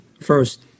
First